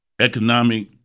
economic